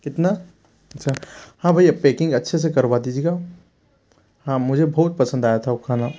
कितना अच्छा हाँ भय्या पैकिंग अच्छे से करवा दीजिएगा हाँ मुझे बहुत पसंद आया था वो खाना